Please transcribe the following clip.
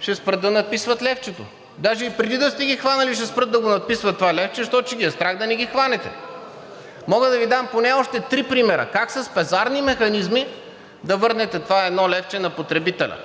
ще спрат да надписват левчето. Даже и преди да сте ги хванали, ще спрат да го надписват това левче, защото ще ги е страх да не ги хванете. Мога да ви дам поне още три примера как с пазарни механизми да върнете това едно левче на потребителя.